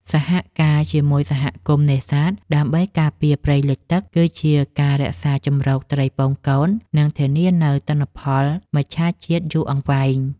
សហការជាមួយសហគមន៍នេសាទដើម្បីការពារព្រៃលិចទឹកគឺជាការរក្សាជម្រកត្រីពងកូន និង ធានានូវទិន្នផលមច្ឆជាតិយូរអង្វែង។